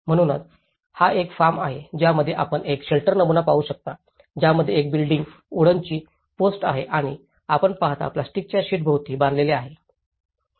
म्हणूनच हा एक फॉर्म आहे ज्यामध्ये आपण एक शेल्टर नमुना पाहू शकता ज्यामध्ये एक बिल्डींग्स वूडनची पोस्ट आहे आणि आपण पाहताच प्लास्टिकच्या शीट्सभोवती बांधलेले आहे